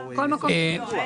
בעל רישיון.